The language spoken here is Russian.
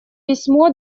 письмо